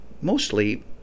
Mostly